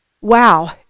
wow